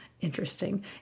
interesting